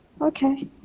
okay